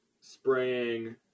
spraying